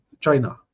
China